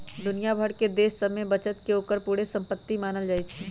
दुनिया भर के देश सभके बचत के ओकर पूरे संपति मानल जाइ छइ